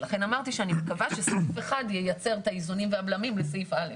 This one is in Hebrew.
לכן אמרתי שאני מקווה סיף (1) ייצר את האיזונים והבלמים לסעיף (א),